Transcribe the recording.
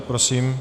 Prosím.